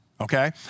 okay